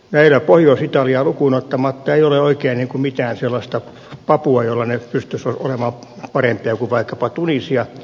lähinnä pohjois italiaa lukuun ottamatta ei ole oikein mitään sellaista papua jolla ne pystyisivät olemaan parempia kuin vaikkapa tunisia